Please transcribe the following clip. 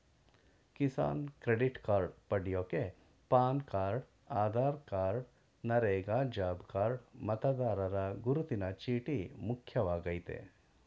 Kisan credit card ಪಡ್ಯೋಕೆ PAN card Aadhaar card NREGA job card ಮತದಾರರ ಗುರುತಿನ ಚೀಟಿ ಮುಖ್ಯವಾಗಯ್ತೆ